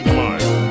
life